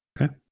Okay